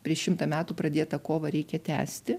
prieš šimtą metų pradėtą kovą reikia tęsti